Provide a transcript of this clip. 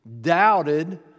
doubted